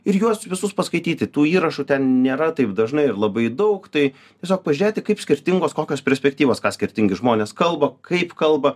ir juos visus paskaityti tų įrašų ten nėra taip dažnai ir labai daug tai tiesiog pažiūrėti kaip skirtingos kokios perspektyvos ką skirtingi žmonės kalba kaip kalba